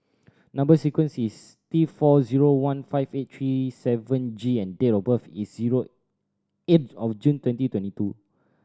number sequence is T four zero one five eight three seven G and date of birth is zero eight of June twenty twenty two